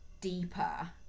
deeper